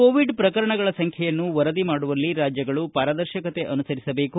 Covid ಪ್ರಕರಣಗಳ ಸಂಖ್ಯೆಯನ್ನು ವರದಿ ಮಾಡುವಲ್ಲಿ ರಾಜ್ಯಗಳು ಪಾರದರ್ಶಕತೆ ಅನುಸರಿಸಬೇಕು